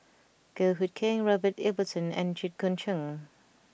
Goh Hood Keng Robert Ibbetson and Jit Koon Ch'ng